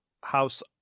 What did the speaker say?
house